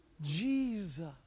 Jesus